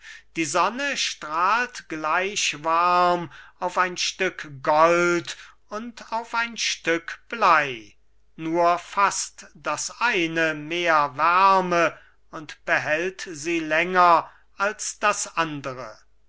die sonne strahlt gleich warm auf ein stück gold und auf ein stück bley nur faßt das eine mehr wärme und behält sie länger als das andere